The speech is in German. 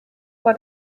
vor